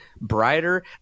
brighter